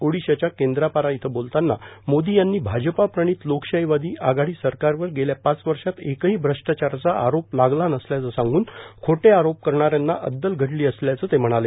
ओडिशाच्या केंद्रापारा इथं बोलताना मोदी यांनी भाजपा प्रणित लोकशाहीवादी आघाडी सरकारवर गेल्या पाच वर्षात एकही श्रष्टाचाराचा आरोप लागला नसल्याचं सांगून खोटे आरोप करणाऱ्यांना अद्दल घडली असल्याचं ते म्हणाले